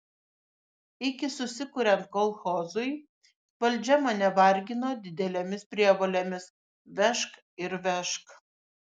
iki susikuriant kolchozui valdžia mane vargino didelėmis prievolėmis vežk ir vežk